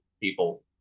people